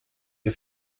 wir